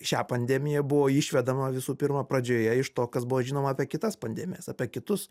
šią pandemiją buvo išvedama visų pirma pradžioje iš to kas buvo žinoma apie kitas pandemijas apie kitus